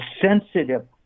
sensitive